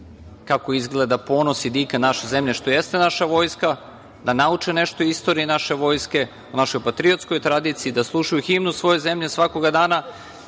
kako izgleda ponos i dika naše zemlje, što jeste naša vojska, da nauče nešto o istoriji naše vojske, o našoj patriotskoj tradiciji, da slušaju himnu svoje zemlje svakoga dana,